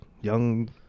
young